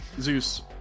Zeus